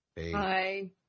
Hi